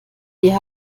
wir